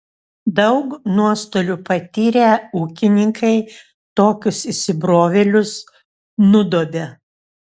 daug nuostolių patyrę ūkininkai tokius įsibrovėlius nudobia